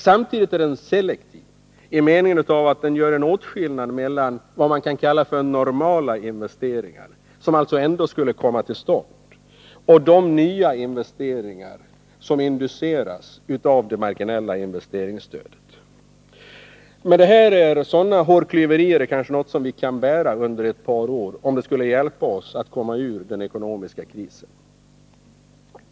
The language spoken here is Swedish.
Samtidigt är den selektiv i meningen att den gör en åtskillnad mellan ”normala” investeringar, som ändå kommer till stånd, och de nya investeringar som induceras av det marginella investeringsstödet. Men detta är hårklyverier och något som vi kanske kan bära under ett par år, om det skulle hjälpa oss att komma ur den ekonomiska krisen.